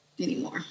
anymore